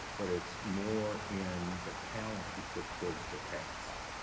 but it's more in the talent you put towards the task.